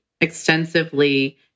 extensively